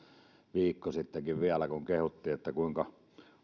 kun vielä viikkokin sitten kehuttiin kuinka